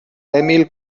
emil